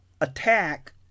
attack